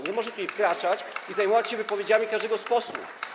Nie może tutaj wkraczać i zajmować się wypowiedziami każdego z posłów.